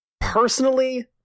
Personally